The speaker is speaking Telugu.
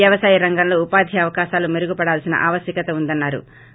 వ్యవసాయ రంగంలో ఉపాధి అవకాశాలు మెరుగుపడాల్సిన ఆవశ్యకత ఉందన్నారు